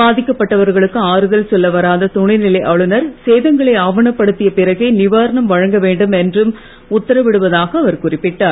பாதிக்கப்பட்டவர்களுக்கு ஆறுதல் சொல்ல வராத துணைநிலை ஆளுநர் சேதங்களை ஆவனப்படுத்திய பிறகே நிவாரணம் வழங்க வேண்டும் என்றும் உத்தரவிடுவதாக அவர் குறிப்பிட்டார்